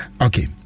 Okay